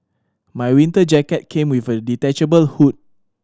my winter jacket came with a detachable hood